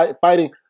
fighting